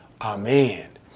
Amen